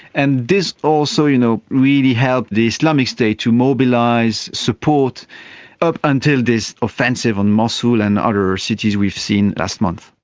and this also you know really helped the islamic states to mobilise support up until this offensive on mosul and other cities we've seen last month.